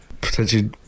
potentially